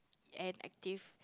and active